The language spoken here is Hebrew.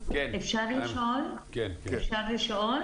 אפשר לשאול שאלה?